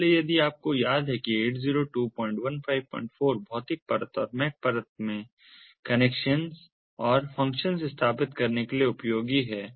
इसलिए यदि आपको याद है कि 802154 भौतिक परत और मैक परत में कनेक्शन और फ़ंक्शंस स्थापित करने के लिए उपयोगी है